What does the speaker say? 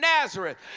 Nazareth